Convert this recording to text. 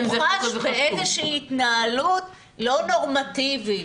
הוא חש באיזו שהיא התנהלות לא נורמטיבית,